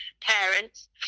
parents